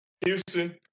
Houston